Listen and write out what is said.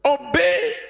Obey